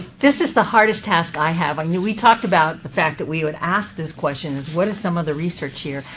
this is the hardest task i have. and we talked about the fact that we would ask this question is, what is some of the research here?